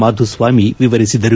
ಮಾಧುಸ್ವಾಮಿ ವಿವರಿಸಿದರು